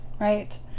right